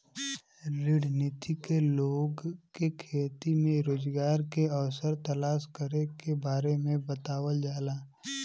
कृषि नीति से लोग के खेती में रोजगार के अवसर तलाश करे के बारे में बतावल जाला